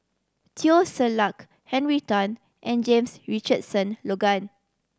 Teo Ser Luck Henry Tan and James Richardson Logan